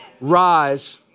rise